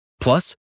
Plus